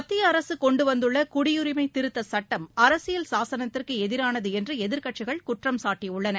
மத்திய அரசு கொண்டுவந்துள்ள குடியுரிமை திருத்தச் சுட்டம் அரசியல் சாசனத்திற்கு எதிரானது என்று எதிர்க்கட்சிகள் குற்றம் சாட்டியுள்ளன